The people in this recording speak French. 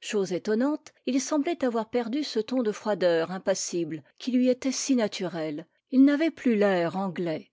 chose étonnante il semblait avoir perdu ce ton de froideur impassible qui lui était si naturel il n'avait plus l'air anglais